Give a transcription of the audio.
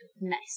Nice